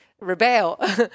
rebel